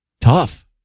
tough